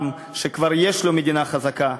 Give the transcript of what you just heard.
עם שכבר יש לו מדינה חזקה,